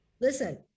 Listen